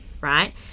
right